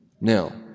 Now